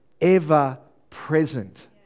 ever-present